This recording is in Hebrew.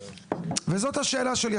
וזאת השאלה שלי.